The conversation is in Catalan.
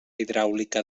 hidràulica